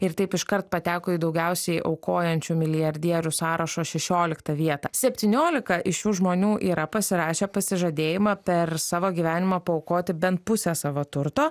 ir taip iškart pateko į daugiausiai aukojančių milijardierių sąrašo šešioliktą vietą septyniolika iš šių žmonių yra pasirašę pasižadėjimą per savo gyvenimą paaukoti bent pusę savo turto